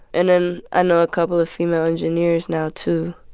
and and i know a couple of female engineers now too.